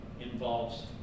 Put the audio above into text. involves